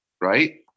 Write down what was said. right